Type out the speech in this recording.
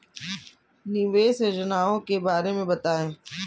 निवेश योजनाओं के बारे में बताएँ?